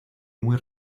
muy